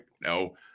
No